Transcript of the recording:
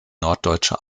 norddeutsche